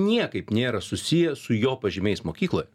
niekaip nėra susiję su jo pažymiais mokykloj